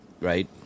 right